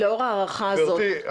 לאור ההערכה הזאת --- גברתי,